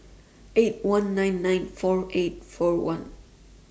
eight one nine nine four eight four one